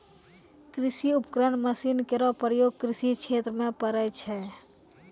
कृषि उपकरण मसीन केरो प्रयोग कृषि क्षेत्र म पड़ै छै